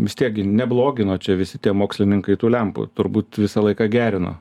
vis tiek gi neblogino čia visi tie mokslininkai tų lempų turbūt visą laiką gerino